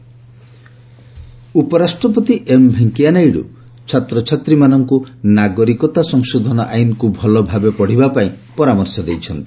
VP ପ୍ରେଜ୍ ଉପରାଷ୍ଟ୍ରପତି M Venkaiah Naidu ଛାତ୍ରଛାତ୍ରୀମାନଙ୍କୁ ନାଗରିକତା ସଂଶୋଧନ ଆଇନକୁ ଭଲ ଭାବେ ପଢ଼ିବା ପାଇଁ ପରାମର୍ଶ ଦେଇଛନ୍ତି